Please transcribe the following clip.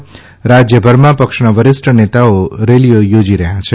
રાજ્યભરમાં પક્ષના વરિષ્ઠ નેતાઓ રેલીઓ યોજી રહ્યાં છે